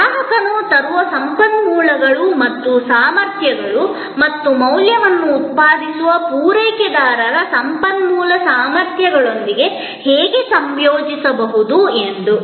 ಗ್ರಾಹಕನು ತರುವ ಸಂಪನ್ಮೂಲಗಳು ಮತ್ತು ಸಾಮರ್ಥ್ಯಗಳು ಮತ್ತು ಮೌಲ್ಯವನ್ನು ಉತ್ಪಾದಿಸುವ ಪೂರೈಕೆದಾರರ ಸಂಪನ್ಮೂಲ ಸಾಮರ್ಥ್ಯಗಳೊಂದಿಗೆ ಹೇಗೆ ಸಂಯೋಜಿಸಬಹುದು ಎಂದು